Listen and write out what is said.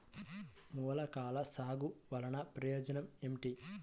మొలకల సాగు వలన ప్రయోజనం ఏమిటీ?